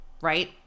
right